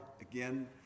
again